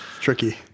Tricky